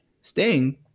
Sting